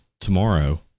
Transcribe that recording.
tomorrow